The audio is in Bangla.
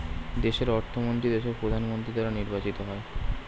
দেশের অর্থমন্ত্রী দেশের প্রধানমন্ত্রী দ্বারা নির্বাচিত হয়